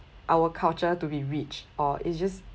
our culture to be rich or it's just